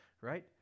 right